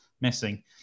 missing